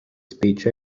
speech